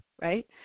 right